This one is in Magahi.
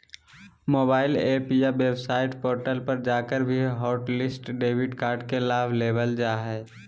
मोबाइल एप या वेबसाइट पोर्टल पर जाकर भी हॉटलिस्ट डेबिट कार्ड के लाभ लेबल जा हय